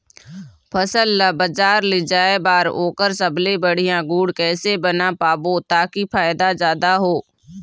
फसल ला बजार ले जाए बार ओकर सबले बढ़िया गुण कैसे बना पाबो ताकि फायदा जादा हो?